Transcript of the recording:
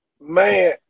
Man